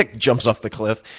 like jumps off the cliff.